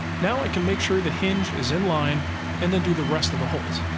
now i can make sure the hinge is in line and then do the rest of the holes.